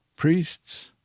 Priests